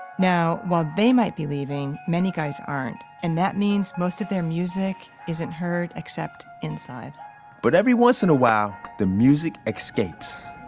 now, while they might be leaving, many guys aren't. and that means most of their music isn't heard except inside but every once in a while, the music escapes